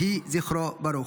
יהי זכרו ברוך.